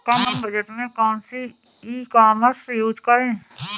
कम budget में कौन सी ई कॉमर्स यूज़ करें?